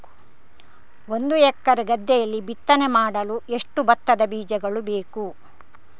ಒಂದು ಎಕರೆ ಗದ್ದೆಯಲ್ಲಿ ಬಿತ್ತನೆ ಮಾಡಲು ಎಷ್ಟು ಭತ್ತದ ಬೀಜಗಳು ಬೇಕು?